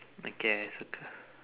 okay I circle